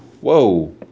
whoa